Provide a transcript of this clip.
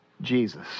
Jesus